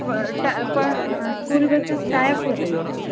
प टा पण स्कूल बसेस टाय अप केलेल सर